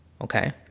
okay